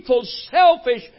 selfish